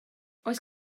oes